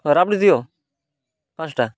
ହଁ ରାବଡ଼ି ଦିଅ ପାଞ୍ଚଟା